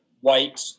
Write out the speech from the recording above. white